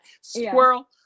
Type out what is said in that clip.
Squirrel